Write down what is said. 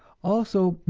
also,